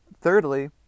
thirdly